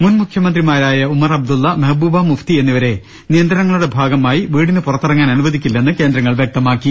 മുൻ മുഖ്യമന്ത്രിമാരായ ഉമർ അബ്ദുള്ള മെഹ്ബൂബ മുഫ്തി എന്നിവരെ നിയന്ത്രണങ്ങളുടെ ഭാഗമായി വീടിന് പുറത്തിറ ങ്ങാൻ അനുവദിക്കില്ലെന്നും കേന്ദ്രങ്ങൾ വൃക്തമാക്കി